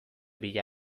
bila